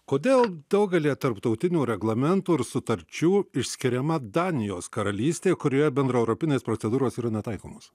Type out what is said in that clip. kodėl daugelyje tarptautinių reglamentų ir sutarčių išskiriama danijos karalystė kurioje bendraeuropinės procedūros yra netaikomos